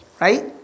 right